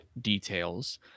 details